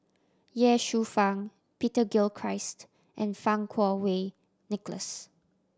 Ye Shufang Peter Gilchrist and Fang Kuo Wei Nicholas